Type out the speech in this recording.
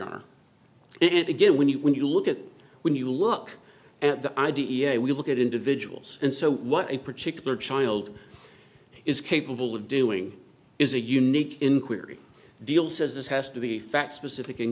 it again when you when you look at when you look at the i d e a we look at individuals and so what a particular child is capable of doing is a unique inquiry deal says this has to be fact specific